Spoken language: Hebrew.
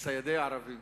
לציידי ערבים.